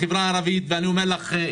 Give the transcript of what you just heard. החברה הערבית ואני אומר לך,